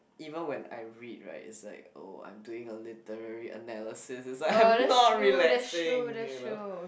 even when I read right it's like oh I'm doing a literary analysis it's like I'm not relaxing you know